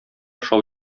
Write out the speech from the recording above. шау